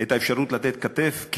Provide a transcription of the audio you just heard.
את האפשרות לתת כתף,